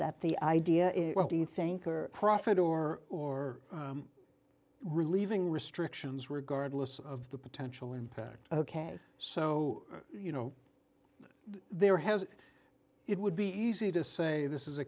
that the idea is well do you think or profit or or relieving restrictions regardless of the potential impact ok so you know there has it would be easy to say this is a